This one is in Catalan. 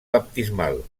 baptismal